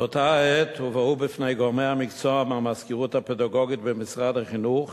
באותה העת הובהרו בפני גורמי המקצוע במזכירות הפדגוגית במשרד החינוך